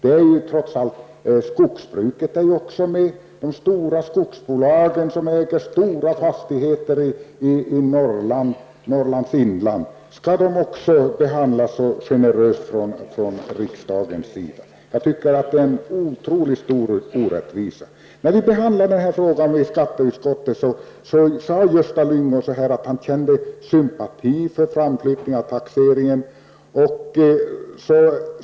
Skogsbruket är också med. Skall de stora skogsbolagen, som äger stora fastigheter i Norrlands inland, också behandlas så generöst från riksdagens sida? Jag tycker att det vore en otroligt stor orättvisa. När vi behandlade den här frågan i skatteutskottet, sade Gösta Lyngå att han kände sympati för framflyttning av taxeringen.